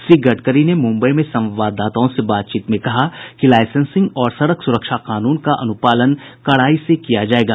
श्री गडकरी ने मुम्बई में संवाददाताओं से बातचीत में कहा कि लाइसेंसिंग और सड़क सुरक्षा कानून का अनुपालन कड़ाई से किया जायेगा